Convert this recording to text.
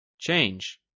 Change